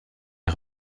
est